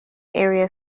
area